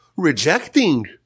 rejecting